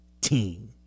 team